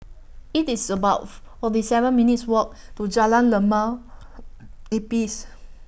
IT IS above forty seven minutes' Walk to Jalan Limau Nipis